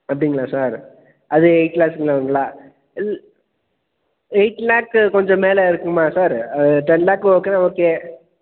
அப்படிங்களா சார் அது எயிட் லேக்ஸ்ல வருங்களா இல் எயிட் லேக்கு கொஞ்சம் மேலே இருக்குமா சார் டென் லேக்கு ஓகேன்னா ஓகே